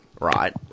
right